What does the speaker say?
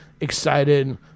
excited